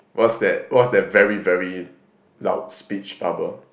what's that what's that very very loud speech bubble